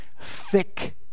thick